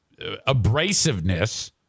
abrasiveness